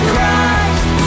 Christ